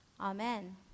Amen